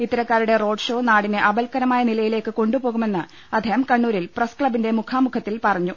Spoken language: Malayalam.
ഇത്തരക്കാരുടെ റോഡ് ഷോ നാടിനെ ആപൽക്കരമായ നിലയിലേക്ക് കൊണ്ടു പോകുമെന്ന് അദ്ദേഹം കണ്ണൂരിൽ പ്രസ് ക്ലബ്ബിന്റെ മുഖാമുഖത്തിൽ പറ ഞ്ഞു